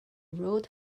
rode